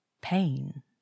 pain